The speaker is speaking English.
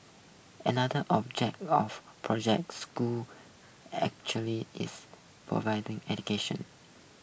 another object of Project Schools actually is providing education